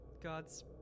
gods